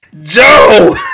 joe